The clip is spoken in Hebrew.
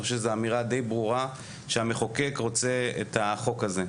אני חושב שזה אמירה די ברורה שהמחוקק רוצה את החוק הזה.